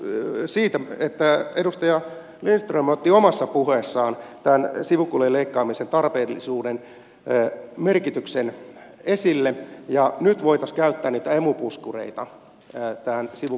muistuttaisin siitä että edustaja lindström otti omassa puheessaan tämän sivukulujen leikkaamisen tarpeellisuuden merkityksen esille ja nyt voitaisiin käyttää niitä emu puskureita tähän sivukulujen leikkaamiseen